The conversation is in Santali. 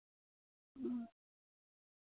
ᱚ